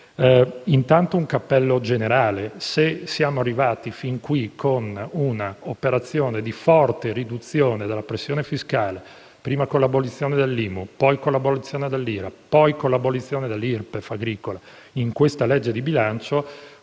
intanto un cappello generale. Se siamo arrivati fin qui con una operazione di forte riduzione della pressione fiscale, prima con l'abolizione dell'IMU, poi con l'abolizione dell'IRAP, infine con l'abolizione dell'IRPEF agricola in questa manovra di bilancio,